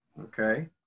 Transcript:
Okay